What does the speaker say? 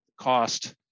cost